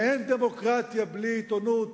ואין דמוקרטיה בלי עיתונות